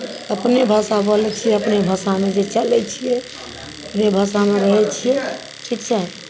अपने भाषा बोलै छियै अपने भाषामे जे चलै छियै अपने भाषामे रहै छियै ठीक छै